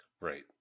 Right